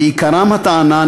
ועיקרם הטענה,